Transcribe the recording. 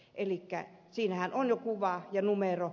elikkä siinähän on jo kuva ja numero